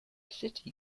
city